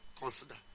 Consider